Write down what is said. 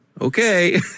Okay